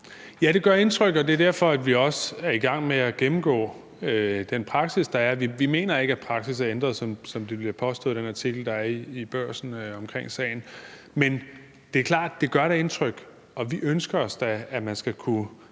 Ja, det gør indtryk, og det er derfor, vi også er i gang med at gennemgå den praksis, der er. Vi mener ikke, at praksis er ændret, som det bliver påstået i den artikel, der er i Børsen, om sagen. Men det er klart, at det da gør indtryk, og vi ønsker os da, at man skal kunne